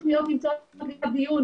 --- תוכניות כבר נמצאות לקראת דיון